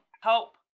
Help